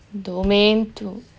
domain two